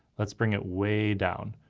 let's bring it way down.